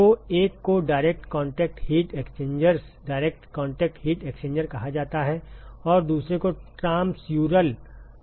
तो एक को direct contact heat exchangers direct contact heat exchanger कहा जाता है और दूसरे को ट्रांसम्यूरल कहा जाता है